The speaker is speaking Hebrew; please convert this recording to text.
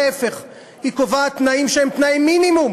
להפך, היא קובעת תנאים שהם תנאי מינימום